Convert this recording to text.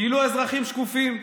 כאילו האזרחים שקופים.